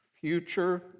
future